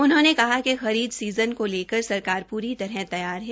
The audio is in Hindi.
उन्होंने कहा कि कहा कि खरीद सीजन को लेकर सरकार पूरी तरह तैयार है